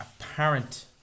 apparent